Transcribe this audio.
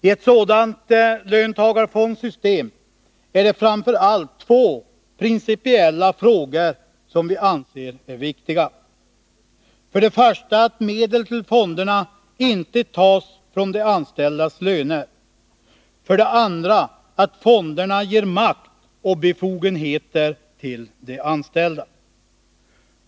I ett sådant löntagarfondssystem är det framför allt två principiella frågor som vi anser är viktiga: för det första att medel till fonderna inte tas från de anställdas löner, för det andra att fonderna ger makt och befogenheter till de anställda.